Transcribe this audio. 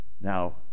now